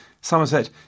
Somerset